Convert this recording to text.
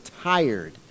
tired